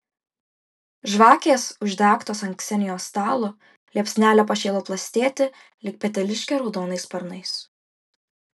žvakės uždegtos ant ksenijos stalo liepsnelė pašėlo plastėti lyg peteliškė raudonais sparnais